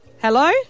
Hello